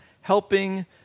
helping